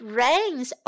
rains